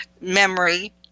memory